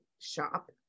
shop